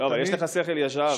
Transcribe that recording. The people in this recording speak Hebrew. אבל יש לך שכל ישר,